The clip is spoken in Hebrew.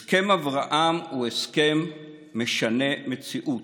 הסכם אברהם הוא הסכם משנה מציאות.